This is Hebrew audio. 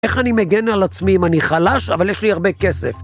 איך אני מגן על עצמי אם אני חלש, אבל יש לי הרבה כסף?